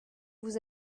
vous